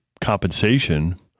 compensation